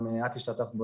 גם את השתתפת בו,